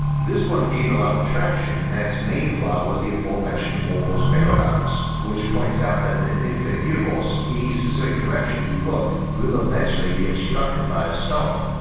this one gained a lot of traction and its main flaw was the aforementioned olber's paradox, which points out that in an infinite universe any specific direction you look will eventually be obstructed by a star,